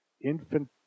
infant